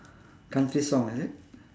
country song is it